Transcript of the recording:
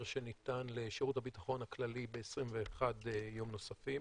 שניתן לשירות הביטחון הכללי ב-21 יום נוספים.